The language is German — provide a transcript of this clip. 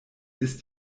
ist